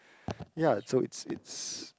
ya so it's it's